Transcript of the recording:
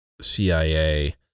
cia